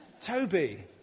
Toby